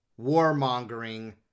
warmongering